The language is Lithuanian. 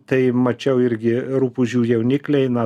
tai mačiau irgi rupūžių jaunikliai na